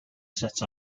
set